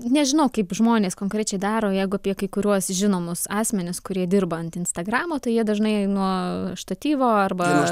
nežinau kaip žmonės konkrečiai daro jeigu apie kai kuriuos žinomus asmenis kurie dirba ant instagramo tai jie dažnai nuo štatyvo arba